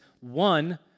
one